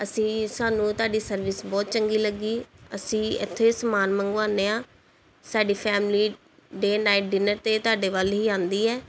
ਅਸੀਂ ਸਾਨੂੰ ਤੁਹਾਡੀ ਸਰਵਿਸ ਬਹੁਤ ਚੰਗੀ ਲੱਗੀ ਅਸੀਂ ਇੱਥੋਂ ਹੀ ਸਮਾਨ ਮੰਗਵਾਉਂਦੇ ਹਾਂ ਸਾਡੀ ਫੈਮਿਲੀ ਡੇਅ ਨਾਈਟ ਡਿਨਰ 'ਤੇ ਤੁਹਾਡੇ ਵੱਲ ਹੀ ਆਉਂਦੀ ਹੈ